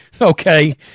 Okay